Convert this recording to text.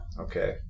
okay